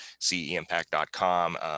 CEImpact.com